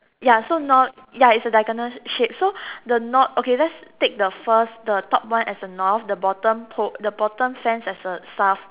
ya so now ya its a diagonal shape so the north okay let's take the first the top one as the north the bottom pole the bottom sands as the South